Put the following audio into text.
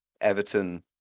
Everton